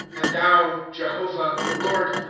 and thou, jehovah, lord,